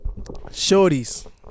shorties